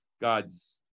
God's